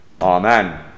Amen